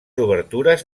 obertures